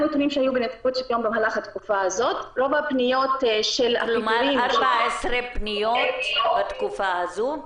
כלומר, 14 פניות בתקופה הזאת?